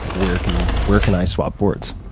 like, where can where can i swap boards?